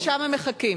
ששם הם מחכים.